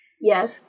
Yes